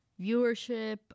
viewership